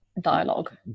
dialogue